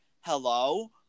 hello